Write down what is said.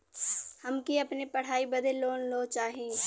हमके अपने पढ़ाई बदे लोन लो चाही?